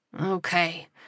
Okay